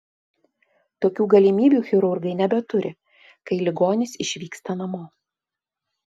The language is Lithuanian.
tokių galimybių chirurgai nebeturi kai ligonis išvyksta namo